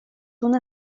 una